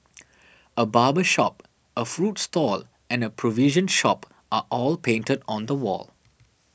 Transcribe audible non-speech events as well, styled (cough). (noise) a barber shop a fruit stall and a provision shop are all painted on the wall